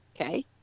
okay